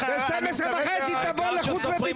פנית אליי, הזכרת את השם שלי, תקבל תשובה.